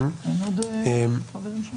אני לא יודעת איך לספר לך, פה לא משחקים משחקים.